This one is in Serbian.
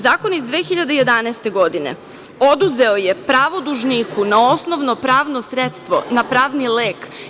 Zakon iz 2011. godine oduzeo je pravo dužniku na osnovno pravno sredstvo, na pravni lek.